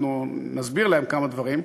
אנחנו נסביר להם כמה דברים.